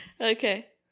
Okay